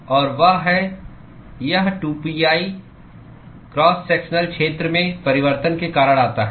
और वह है यह 2pi क्रॉस सेक्शनल क्षेत्र में परिवर्तन के कारण आता है